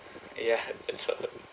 yeah that's all